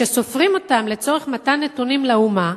כשסופרים אותם לצורך מתן נתונים לאומה,